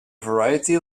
variety